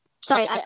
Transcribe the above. Sorry